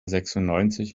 sechsundneunzig